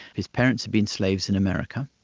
his parents had been slaves in america.